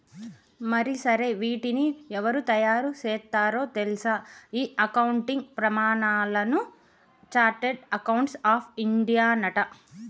మరి సరే వీటిని ఎవరు తయారు సేత్తారో తెల్సా ఈ అకౌంటింగ్ ప్రమానాలను చార్టెడ్ అకౌంట్స్ ఆఫ్ ఇండియానట